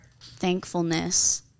thankfulness